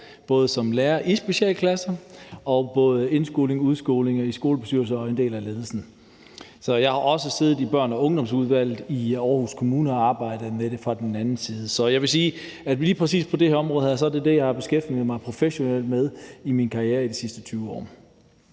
både som lærer i specialklasser, i indskoling og udskoling og i skolebestyrelser og som en del af ledelsen. Jeg har også siddet i børn og unge-udvalget i Aarhus Kommune og altså arbejdet med det fra den anden side af bordet. Så jeg vil sige, at lige præcis det her område har jeg beskæftiget mig professionelt med i min karriere i de sidste 20 år.